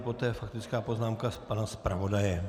Poté faktická poznámka pana zpravodaje.